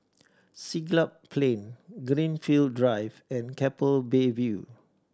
Siglap Plain Greenfield Drive and Keppel Bay View